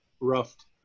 roughed